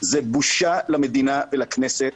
זו בושה למדינה ולכנסת,